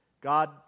God